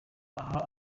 aho